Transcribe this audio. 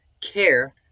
care